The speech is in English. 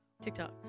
TikTok